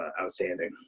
outstanding